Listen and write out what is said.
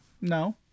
No